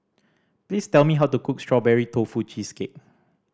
please tell me how to cook Strawberry Tofu Cheesecake